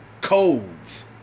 codes